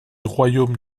royaume